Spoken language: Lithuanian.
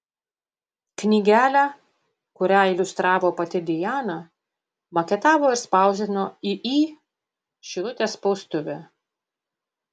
knygelę kurią iliustravo pati diana maketavo ir spausdino iį šilutės spaustuvė